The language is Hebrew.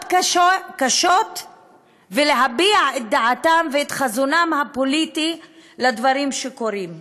קשה ולהביע את דעתם ואת חזונם הפוליטי לגבי דברים שקורים.